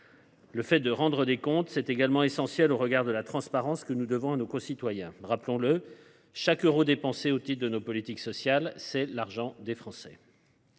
Le fait de « rendre des comptes » est également essentiel au regard de la transparence que nous devons à nos concitoyens. Rappelons le, chaque euro dépensé au titre de nos politiques sociales, c’est l’argent des Français